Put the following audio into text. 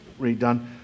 redone